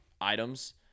items